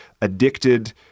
addicted